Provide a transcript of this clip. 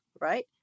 right